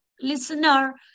listener